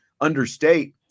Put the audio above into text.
understate